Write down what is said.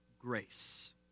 grace